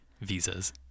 visas